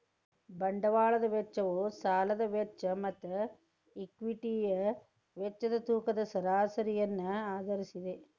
ಬಂಡವಾಳದ ವೆಚ್ಚವು ಸಾಲದ ವೆಚ್ಚ ಮತ್ತು ಈಕ್ವಿಟಿಯ ವೆಚ್ಚದ ತೂಕದ ಸರಾಸರಿಯನ್ನು ಆಧರಿಸಿದೆ